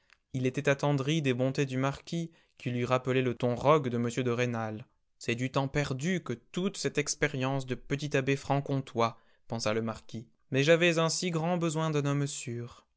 il était attendri des bontés du marquis qui lui rappelait le ton rogue de m de rênal c'est du temps perdu que toute cette expérience de petit abbé franc comtois pensa le marquis mais j'avais un si grand besoin d'un homme sûr